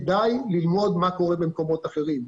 כדאי ללמוד מה קורה במקומות אחרים.